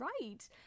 right